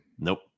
Nope